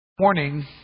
Morning